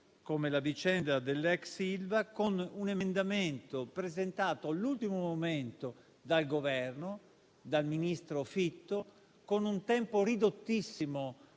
come la vicenda dell'ex Ilva con un emendamento presentato all'ultimo momento dal Governo - dal ministro Fitto - con un tempo ridottissimo